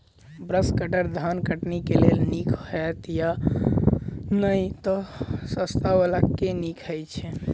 Brush cutter धान कटनी केँ लेल नीक हएत या नै तऽ सस्ता वला केँ नीक हय छै?